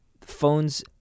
phones